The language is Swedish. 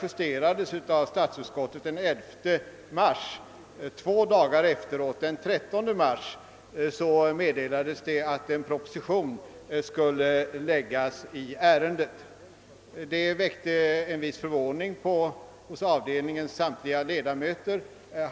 mars, och två dagar senare, alltså den 13 mars, meddelades det att en proposition skulle komma att framläggas i ärendet. Detta väckte en viss förvåning hos fjärde avdelningens samtliga ledamöter.